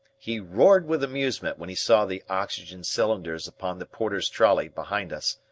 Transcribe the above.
he roared with amusement when he saw the oxygen cylinders upon the porter's trolly behind us.